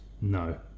No